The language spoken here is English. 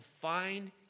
find